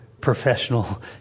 professional